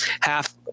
half